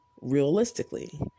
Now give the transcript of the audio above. realistically